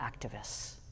activists